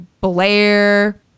blair